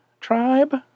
tribe